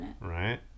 Right